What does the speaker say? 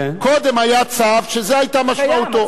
קודם היה צו שזו היתה משמעותו.